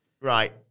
Right